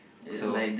so